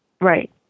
Right